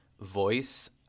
voice